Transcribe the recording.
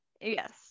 Yes